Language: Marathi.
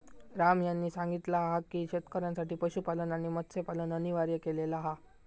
राम यांनी सांगितला हा की शेतकऱ्यांसाठी पशुपालन आणि मत्स्यपालन अनिवार्य केलेला हा